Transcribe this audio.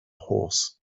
horse